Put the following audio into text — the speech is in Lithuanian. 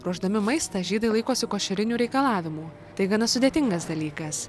ruošdami maistą žydai laikosi košerinių reikalavimų tai gana sudėtingas dalykas